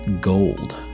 gold